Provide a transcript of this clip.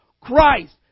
Christ